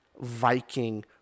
Viking